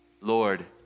Lord